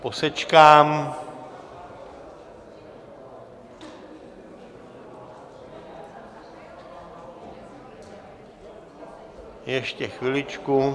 Posečkám... ještě chviličku.